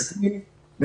מסכמים,